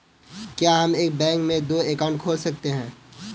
क्या हम एक बैंक में दो अकाउंट खोल सकते हैं?